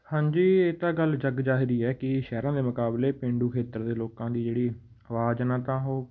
ਹਾਂਜੀ ਇਹ ਤਾਂ ਗੱਲ ਜੱਗ ਜ਼ਾਹਰ ਹੀ ਹੈ ਕਿ ਸ਼ਹਿਰਾਂ ਦੇ ਮੁਕਾਬਲੇ ਪੇਂਡੂ ਖੇਤਰ ਦੇ ਲੋਕਾਂ ਦੀ ਜਿਹੜੀ ਆਵਾਜ਼ ਆ ਨਾ ਤਾਂ ਉਹ